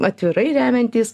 atvirai remiantys